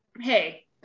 hey